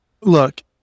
Look